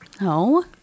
No